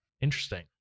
Interesting